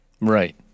right